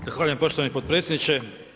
Zahvaljujem poštovani predsjedniče.